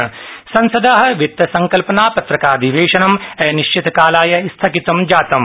budget संसदा वित्तसंकल्पनापत्रकाधिवेशनं अनिश्चितकालाय स्थगितं जातम्